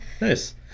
Nice